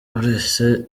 buruse